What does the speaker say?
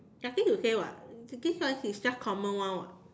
nothing to say [what] this ones is just common [one] [what]